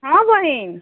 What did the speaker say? हँ बहिन